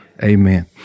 Amen